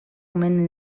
omen